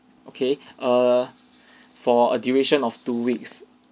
okay err for a duration of two weeks